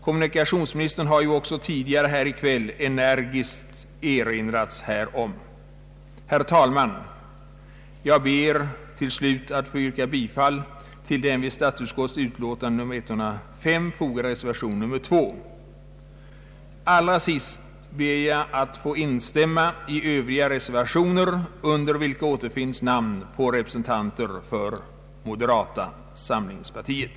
Kommunikationsministern har ju också tidigare här i kväll energiskt erinrats härom. Herr talman! Jag kommer att yrka bifall till den vid statsutskottets utlåtande nr 105 fogade reservationen nr 2. Allra sist ber jag att få instämma i övriga reservationer, under vilka återfinns namn på representanter för moderata samlingspartiet.